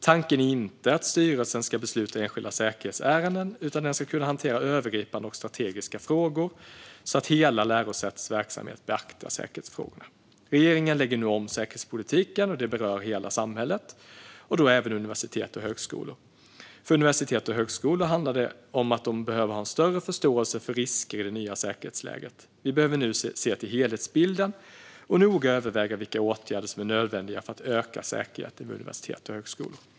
Tanken är inte att styrelsen ska besluta i enskilda säkerhetsärenden, utan den ska kunna hantera övergripande och strategiska frågor så att hela lärosätets verksamhet beaktar säkerhetsfrågorna. Regeringen lägger nu om säkerhetspolitiken, och det berör hela samhället - även universitet och högskolor. För universitet och högskolor handlar det om att de behöver ha en större förståelse för risker i det nya säkerhetsläget. Vi behöver nu se till helhetsbilden och noga överväga vilka åtgärder som är nödvändiga för att öka säkerheten vid universitet och högskolor.